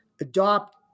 adopt